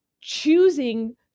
choosing